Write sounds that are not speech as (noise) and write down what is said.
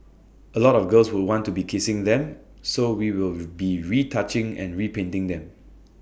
A lot of girls would want to be kissing them so we will (noise) be retouching and repainting them